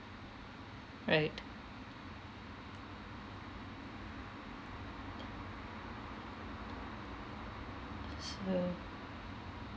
right s~ so